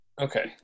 Okay